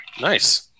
Nice